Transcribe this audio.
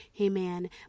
amen